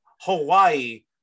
Hawaii